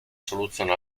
soluzione